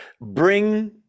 bring